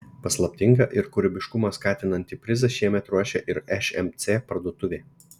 paslaptingą ir kūrybiškumą skatinantį prizą šiemet ruošia ir šmc parduotuvė